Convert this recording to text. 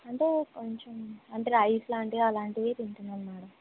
అంటే కొంచుం అంటే రైస్లాంటివి అలాంటివి తింటున్నాం మ్యాడం